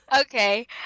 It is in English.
okay